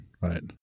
right